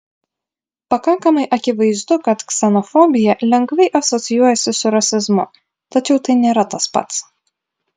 pakankamai akivaizdu kad ksenofobija lengvai asocijuojasi su rasizmu tačiau tai nėra tas pats